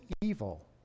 evil